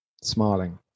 smiling